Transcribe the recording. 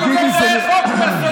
תרשום את השם שלהם.